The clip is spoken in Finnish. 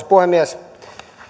puhemies